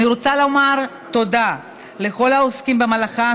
אני רוצה לומר תודה לכל העוסקים במלאכה,